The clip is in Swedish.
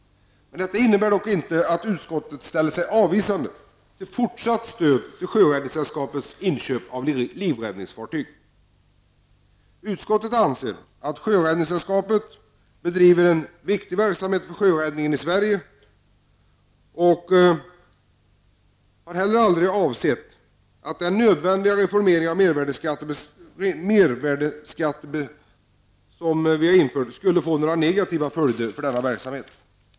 Detta innebär dock inte att utskottet ställer sig avvisande till fortsatt stöd till sjöräddningssällskapets inköp av livräddningsfartyg. Utskottet anser att Sjöräddningssällskapet bedriver en viktig verksamhet för sjöräddningen i Sverige och har aldrig avsett att den nödvändiga reformeringen av mervärdebeskattningen skulle få negativa följder för denna verksamhet.